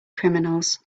criminals